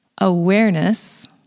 awareness